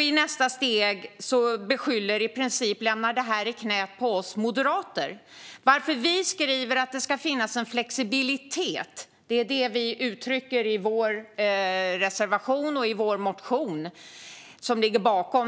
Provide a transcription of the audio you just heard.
I nästa steg lämnar hon i princip det i knäet på oss moderater. Vi skriver att det ska finnas en flexibilitet. Det är vad vi uttrycker i vår reservation och i vår motion som ligger bakom.